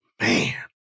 Man